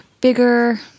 bigger